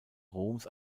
roms